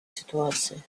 ситуаций